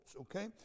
okay